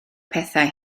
pethau